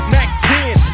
Mac-10